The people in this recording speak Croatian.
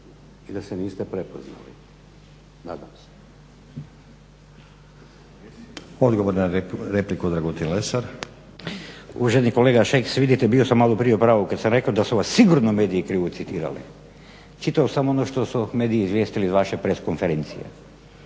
Dragutin (Hrvatski laburisti - Stranka rada)** Uvaženi kolega Šeks vidite bio sam maloprije u pravu kad sam rekao da su vas sigurno mediji krivo citirali. Čitao sam ono što su mediji izvijestili iz vaše press konferencije.